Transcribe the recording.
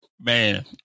man